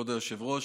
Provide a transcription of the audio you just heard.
כבוד היושב-ראש,